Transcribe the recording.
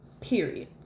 Period